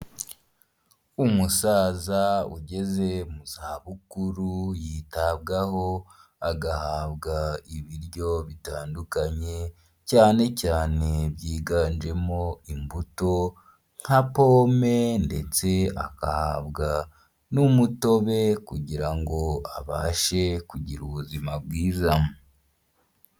Umusaza ugeze mu za bukuru yitabwaho agahabwa ibiryo bitandukanye cyane cyane byiganjemo imbuto nka pome ndetse agahabwa n'umutobe kugira ngo abashe kugira ubuzima bwiza.